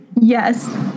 Yes